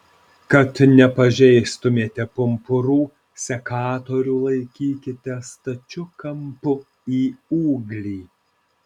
kad nepažeistumėte pumpurų sekatorių laikykite stačiu kampu į ūglį